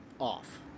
off